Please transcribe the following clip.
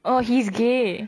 oh he's gay